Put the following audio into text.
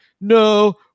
no